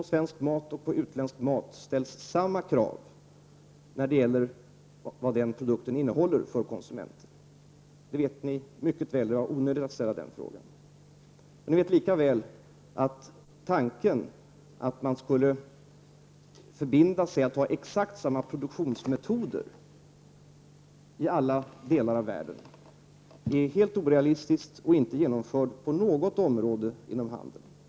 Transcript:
På svensk mat och på utländsk mat ställs samma krav när det gäller produktens innehåll. Det vet ni mycket väl, och det var onödigt av er att ställa den frågan. Ni vet lika väl att tanken att man i alla delar av världen skulle förbinda sig att ha exakt samma produktionsmetoder är helt orealistisk och inte genomförd på något område inom handeln.